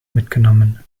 mitgenommen